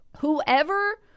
Whoever